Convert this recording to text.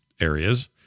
areas